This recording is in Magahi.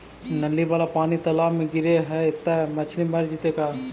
नली वाला पानी तालाव मे गिरे है त मछली मर जितै का?